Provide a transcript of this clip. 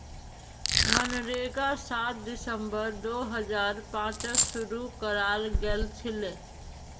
मनरेगा सात दिसंबर दो हजार पांचत शूरू कराल गेलछिले